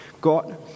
God